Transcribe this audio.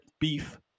beef